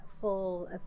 full